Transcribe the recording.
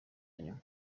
nyuma